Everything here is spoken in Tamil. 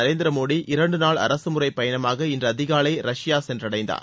நரேந்திர மோடி இரண்டு நாள் அரசுமுறை பயணமாக இன்று அதிகாலை ரஷ்யா சென்றடைந்தார்